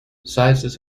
sizes